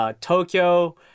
Tokyo